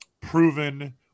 proven